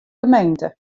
gemeente